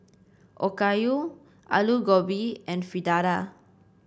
Okayu Alu Gobi and Fritada